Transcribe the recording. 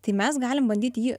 tai mes galim bandyt jį